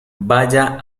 baya